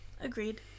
Agreed